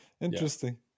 interesting